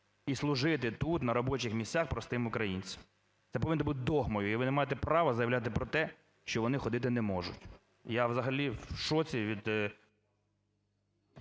і служити тут, на робочих місцях, простим українцям. Це повинно бути догмою і ви не маєте права заявляти про те, що вони ходити не можуть. Я взагалі в шоці від…